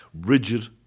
rigid